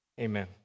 Amen